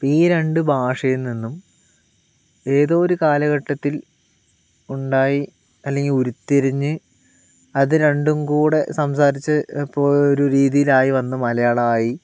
ഇപ്പോൾ ഈ രണ്ട് ഭാഷയിൽ നിന്നും ഏതോ ഒരു കാലഘട്ടത്തിൽ ഉണ്ടായി അല്ലെങ്കിൽ ഉരുത്തിരിഞ്ഞ് അത് രണ്ടും കൂടി സംസാരിച്ച് പോയൊരു രീതിയിലായി വന്നു മലയാളമായി